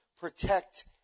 protect